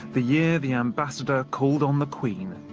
the year the ambassador called on the queen,